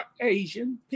Asian